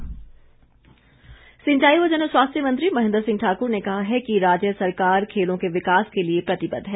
महेंद्र सिंह सिंचाई व जनस्वास्थ्य मंत्री महेंद्र सिंह ठाक्र ने कहा है कि राज्य सरकार खेलों के विकास के लिए प्रतिबद्ध है